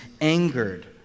angered